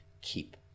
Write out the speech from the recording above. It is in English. keep